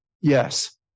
Yes